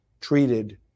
treated